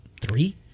Three